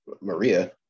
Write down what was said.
Maria